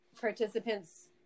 participants